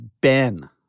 Ben